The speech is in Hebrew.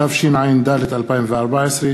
התשע"ד 2014,